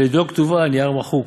לדיו כתובה על נייר מחוק.